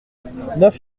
neuf